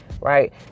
right